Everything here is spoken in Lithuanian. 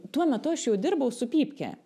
tuo metu aš jau dirbau su pypke